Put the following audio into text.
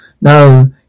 No